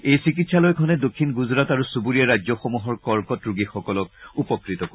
এই চিকিৎসালয়খনে দক্ষিণ গুজৰাট আৰু চুবুৰীয়া ৰাজ্যসমূহৰ কৰ্কট ৰোগীসকলক উপকৃত কৰিব